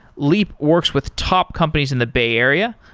leap works with top companies in the bay area,